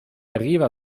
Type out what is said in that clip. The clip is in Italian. arriva